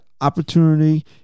opportunity